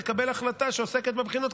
לקבל החלטה שעוסקת בבחינות,